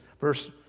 Verse